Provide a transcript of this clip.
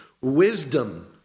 wisdom